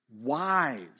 wise